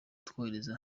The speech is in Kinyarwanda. twohereza